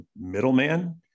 middleman